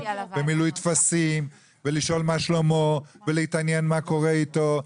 במילוי טפסים ולשאול מה שלומו ולהתעניין מה קורה איתו,